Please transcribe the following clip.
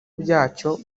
byacyo